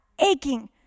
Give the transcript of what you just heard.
aching